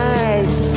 eyes